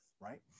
right